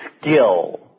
skill